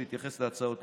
להתייחס להצעות החוק.